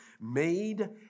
made